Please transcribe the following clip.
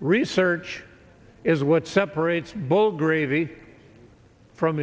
research is what separates bull gravey from